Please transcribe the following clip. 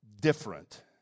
different